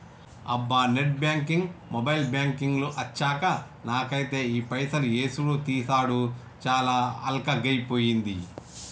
అబ్బా net banking mobile banking లు అచ్చాక నాకైతే ఈ పైసలు యేసుడు తీసాడు చాలా అల్కగైపోయింది